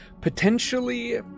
potentially